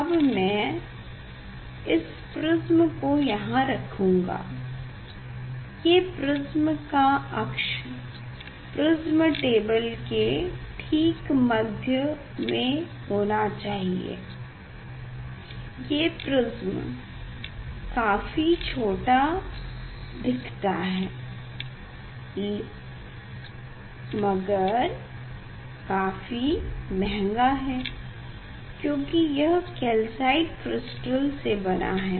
अब मै इस प्रिस्म को यहाँ रखूँगा ये प्रिस्म का अक्ष प्रिस्म टेबल के ठीक मध्य में होना चाहिए ये प्रिस्म काफी छोटा देखता है मगर काफी महंगा है क्योकि यह कैल्साइट क्रिस्टल से बना है